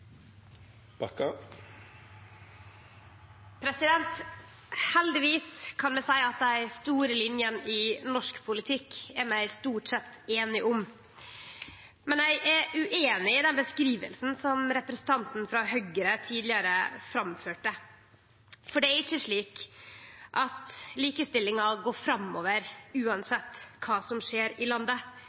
norsk politikk, men eg er ueinig i den beskrivinga representanten frå Høgre tidlegare framførde, for det er ikkje slik at likestillinga går framover uansett kva som skjer i landet.